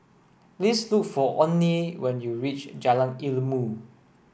please look for Onnie when you reach Jalan Ilmu